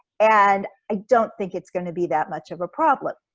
and i don't think it's gonna be that much of a problem.